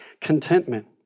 contentment